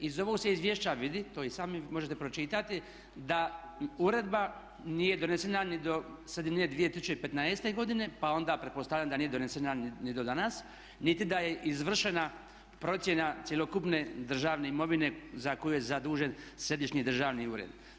Iz ovog se izvješća vidi to i sami možete pročitati, da uredba nije donesena ni do sredine 2015. godine, pa onda pretpostavljam da nije donesena ni do danas, niti da je izvršena procjena cjelokupne državne imovine za koju je zadužen Središnji državni ured.